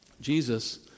Jesus